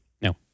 No